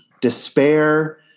despair